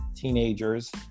teenagers